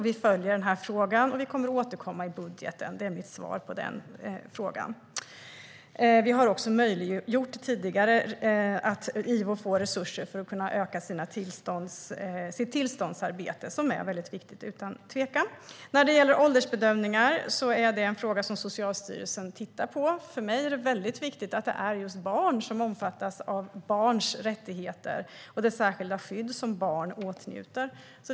Vi följer den här frågan och kommer att återkomma i budgeten. Det är mitt svar. Vi har tidigare möjliggjort att Ivo får resurser för att kunna öka sitt tillståndsarbete, som utan tvekan är väldigt viktigt. Åldersbedömningar är en fråga som Socialstyrelsen tittar på. För mig är det väldigt viktigt att det är just barn som omfattas av barns rättigheter och det särskilda skydd som barn åtnjuter.